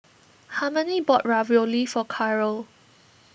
Harmony bought Ravioli for Caryl